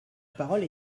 parole